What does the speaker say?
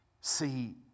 See